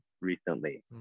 recently